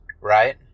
right